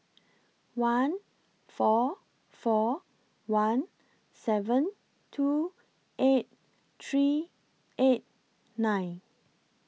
one four four one seven two eight three eight nine